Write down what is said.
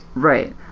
right.